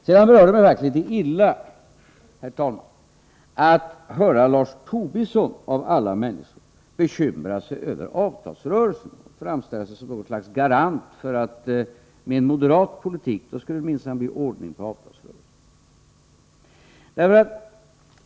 Sedan vill jag säga att det berörde mig illa att höra Lars Tobisson, av alla människor, bekymra sig över avtalsrörelsen och framställa sig som något slags garant för att det med en moderat politik minsann skulle bli ordning på avtalsrörelsen.